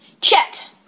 Chet